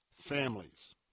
families